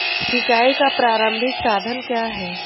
सिंचाई का प्रारंभिक साधन क्या है?